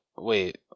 Wait